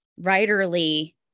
writerly